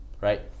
right